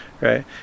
right